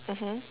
mmhmm